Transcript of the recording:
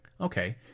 Okay